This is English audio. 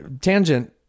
tangent